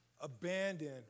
abandon